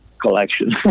collection